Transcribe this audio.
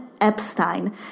Epstein